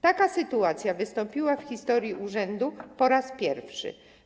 Taka sytuacja wystąpiła w historii urzędu po raz pierwszy.